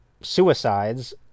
suicides